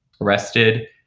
arrested